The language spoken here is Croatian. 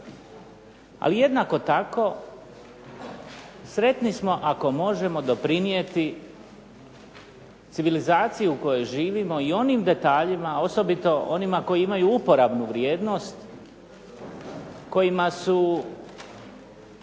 ali jednako tako sretni smo ako možemo doprinijeti civilizaciji u kojoj živimo i onim detaljima, osobito onima koji imaju uporabnu vrijednost, kojima su